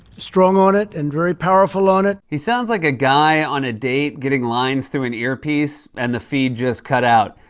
strong on it and very powerful on it. he sounds like a guy on a date getting lines through an earpiece and the feed just cut out.